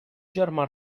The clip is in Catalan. germà